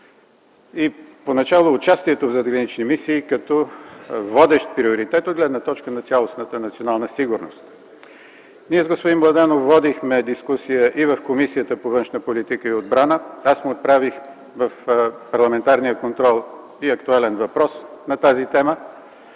и поначало участието в задгранични мисии като водещ приоритет от гледна точка на цялостната национална сигурност. Ние с господин Младенов водихме дискусия и в Комисията по външна политика и отбрана, аз му отправих в парламентарния контрол и актуален въпрос на тази тема